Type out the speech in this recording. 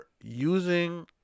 using